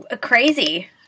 crazy